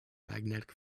magnetic